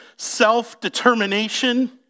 self-determination